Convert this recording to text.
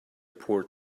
poor